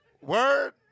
word